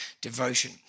devotion